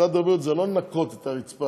במשרד הבריאות זה לא לנקות את הרצפה.